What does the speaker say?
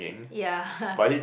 ya